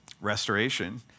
Restoration